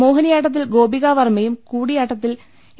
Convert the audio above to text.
മോഹിനിയാട്ടത്തിൽ ഗോപികാവർമ്മയും കൂടിയാട്ടത്തിൽ എ